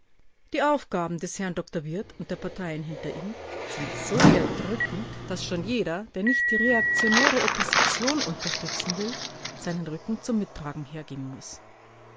die aufgaben des herrn dr wirth und der parteien hinter ihm sind so erdrückend daß schon jeder der nicht die reaktionäre opposition unterstützen will seinen rücken zum mittragen hergeben muß